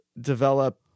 develop